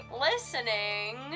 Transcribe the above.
listening